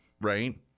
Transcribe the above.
Right